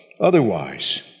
otherwise